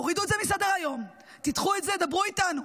הורידו את זה מסדר-היום, דחו את זה ודברו איתנו.